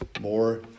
more